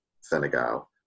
Senegal